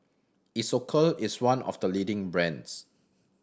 Isocal is one of the leading brands